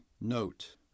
note